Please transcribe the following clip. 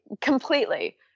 Completely